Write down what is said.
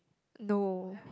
no